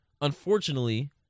Unfortunately